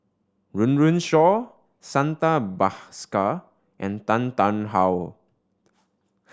Run Run Shaw Santha Bhaskar and Tan Tarn How